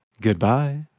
Goodbye